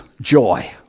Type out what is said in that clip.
joy